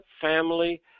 family